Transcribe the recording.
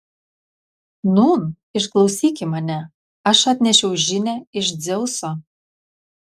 nūn išklausyki mane aš atnešiau žinią iš dzeuso